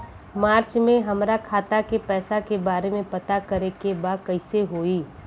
मार्च में हमरा खाता के पैसा के बारे में पता करे के बा कइसे होई?